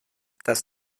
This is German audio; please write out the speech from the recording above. dass